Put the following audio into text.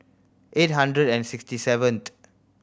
eight hundred and sixty seventh